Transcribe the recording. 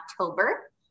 October